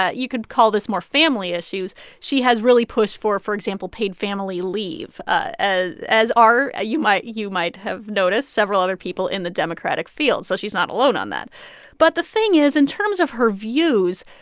ah you could call this more family issues. she has really pushed for, for example, paid family leave, ah as are, ah you might you might have noticed, several other people in the democratic field. so she's not alone on that but the thing is, in terms of her views,